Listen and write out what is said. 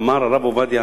אמר הרב עובדיה